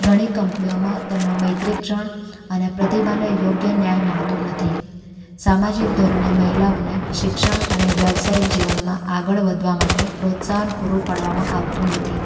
ઘણી કંપનીઓમાં તેમનો મૈત્રિક ક્ષણ અને પ્રતિભાને યોગ્ય ન્યાય મળતો નથી સામાજિક ધોરણે મહિલાઓને શિક્ષણ અને વ્યવસાયિક જીવનમાં આગળ વધવા માટે પ્રોત્સાહન પૂરું પાડવામાં આવતું નથી